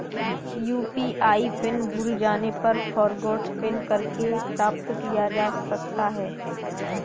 UPI pin भूल जाने पर फ़ॉरगोट पिन करके प्राप्त किया जा सकता है